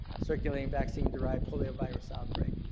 circulating vaccine derived poliovirus outbreak.